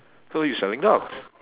so you selling dogs